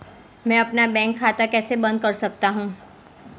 मैं अपना बैंक खाता कैसे बंद कर सकता हूँ?